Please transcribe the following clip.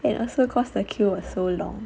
and also cause the queue was so long